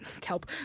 Kelp